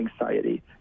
anxiety